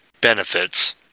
benefits